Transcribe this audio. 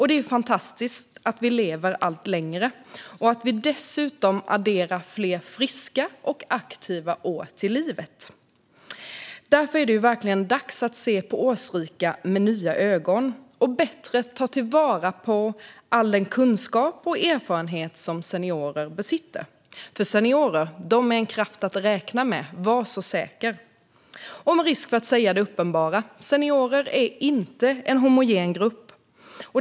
Det är fantastiskt att vi lever allt längre och att vi dessutom adderar fler friska och aktiva år till livet. Därför är det verkligen dags att se på årsrika personer med nya ögon och bättre ta vara på all den kunskap och erfarenhet som seniorer besitter. Seniorer är en kraft att räkna med; var så säker! Med risk för att säga det uppenbara: Seniorer är inte en homogen grupp.